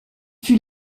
fut